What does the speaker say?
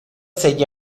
seigi